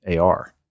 AR